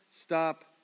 stop